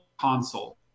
console